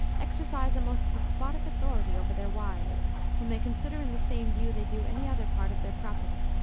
exercise a most despotic authority over their wives whom they consider in the same view they do any other part of their property,